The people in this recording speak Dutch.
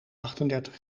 achtendertig